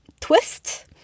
twist